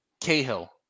Cahill